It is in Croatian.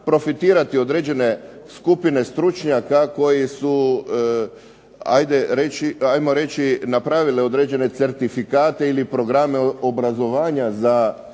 profitirati određene skupine stručnjaka koje su napravili određene certifikate ili programe obrazovanja za